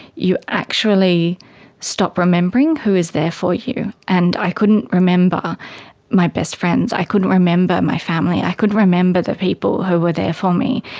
you actually stop remembering who is there for you, and i couldn't remember my best friends, i couldn't remember my family, i couldn't remember the people who were there for me.